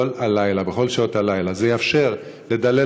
רובן בגלל בעיות